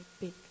big